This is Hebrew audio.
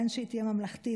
בין שהיא תהיה ממלכתית,